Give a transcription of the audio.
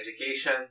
education